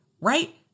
Right